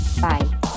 Bye